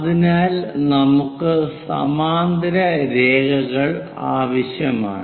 അതിനാൽ നമുക്ക് സമാന്തര രേഖകൾ ആവശ്യമാണ്